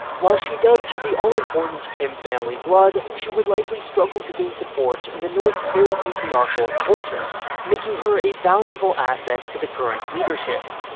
while she does have the all-important kim-family blood, she would likely struggle to gain support in the north's very patriarchal culture making her a valuable asset to the current leadership.